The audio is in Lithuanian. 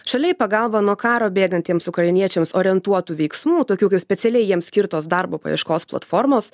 šalia į pagalbą nuo karo bėgantiems ukrainiečiams orientuotų veiksmų tokių kaip specialiai jiems skirtos darbo paieškos platformos